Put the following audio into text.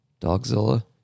Dogzilla